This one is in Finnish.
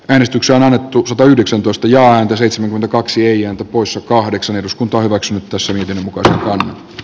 äänestyksen alettu satayhdeksäntoista ja antoi seitsemän kaksi eijan poissa kahdeksan eduskunta hyväksyy tässä niiden kuntoa